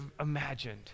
imagined